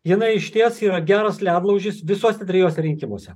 jinai išties yra geras ledlaužis visuose trijuose rinkimuose